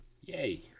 Yay